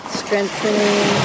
strengthening